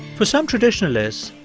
for some traditionalists,